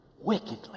wickedly